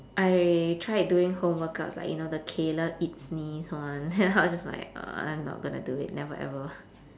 I tried doing home workouts like you know the kayla itsines one then I was just like uh I'm not going to do it never ever